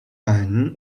man